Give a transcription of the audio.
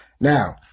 Now